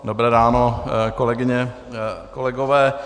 Dobré ráno, kolegyně, kolegové.